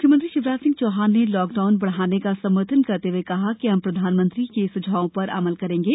मुख्यमंत्री शिवराज सिंह चौहान ने लॉकडाउन बढ़ाने का समर्थन करते हुए कहा कि हम प्रधानमंत्री के सुझावों पर अमल करेंगे